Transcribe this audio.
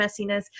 messiness